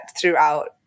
throughout